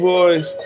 Boys